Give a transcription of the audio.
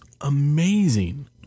amazing